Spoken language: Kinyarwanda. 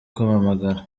kumpamagara